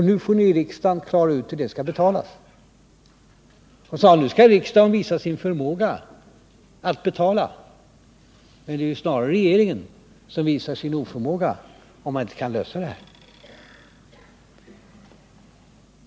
Nu får riksdagen klara ut hurde skall betalas. Nu skall riksdagen visa sin förmåga att betala. Men det är ju snarare regeringen som visar sin oförmåga, om man inte kan lösa det här problemet.